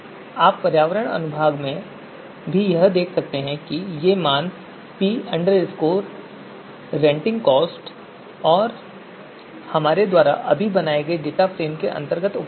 तो आप पर्यावरण अनुभाग में भी देख सकते हैं कि ये मान p Rentingcosts और हमारे द्वारा अभी बनाए गए डेटा फ़्रेम के अंतर्गत उपलब्ध हैं